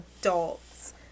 adults